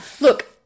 Look